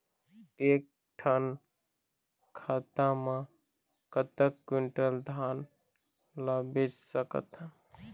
एक ठन खाता मा कतक क्विंटल धान ला बेच सकथन?